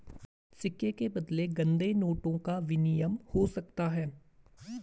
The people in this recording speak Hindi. सिक्के के बदले गंदे नोटों का विनिमय हो सकता है